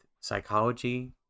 psychology